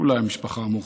אולי המשפחה המורחבת.